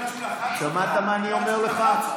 בגלל שהוא לחץ אותך?